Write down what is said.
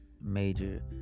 major